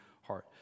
heart